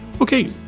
Okay